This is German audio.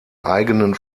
eigenen